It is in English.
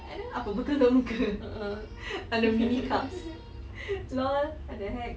and then apa bekam kan muka ada mini cups LOL what the heck